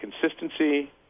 consistency